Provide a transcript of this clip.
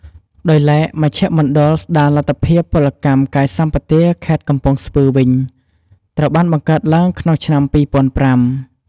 ដោយឡែក មជ្ឈមណ្ឌលស្ដារលទ្ធភាពពលកម្មកាយសម្បទាខេត្តកំពង់ស្ពឺវិញ ត្រូវបានបង្កើតឡើងក្នុងឆ្នាំ ២០០៥។